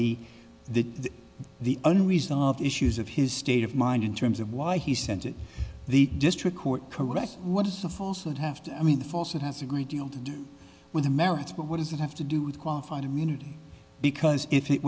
the the only resolved issues of his state of mind in terms of why he sent to the district court correct what is a false would have to i mean the false it has a great deal to do with the merits but what does it have to do with qualified immunity because if it